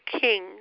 king